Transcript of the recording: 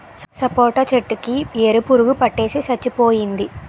సపోటా చెట్టు కి ఏరు పురుగు పట్టేసి సచ్చిపోయింది